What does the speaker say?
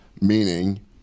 meaning